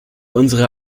unsere